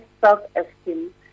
self-esteem